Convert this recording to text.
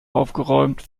aufgeräumt